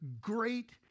great